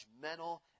judgmental